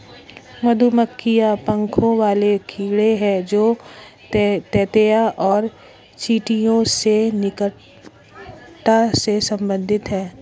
मधुमक्खियां पंखों वाले कीड़े हैं जो ततैया और चींटियों से निकटता से संबंधित हैं